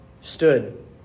stood